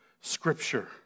Scripture